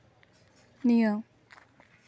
ᱱᱤᱭᱟᱹ